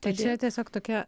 tai čia tiesiog tokia